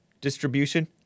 distribution